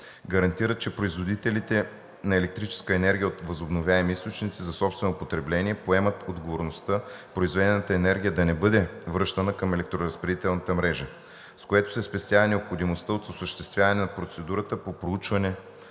гарантират, че производителите на електрическа енергия от възобновяеми източници за собствено потребление поемат отговорността произведената енергия да не бъде връщана към електроразпределителната мрежа, с което се спестява необходимостта от осъществяване на процедурата по проучване